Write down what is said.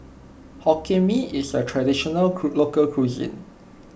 Hokkien Mee is a traditional local cuisine